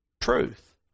truth